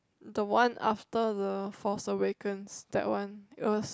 the one after the Force Awaken that one